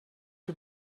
you